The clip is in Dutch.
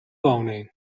woning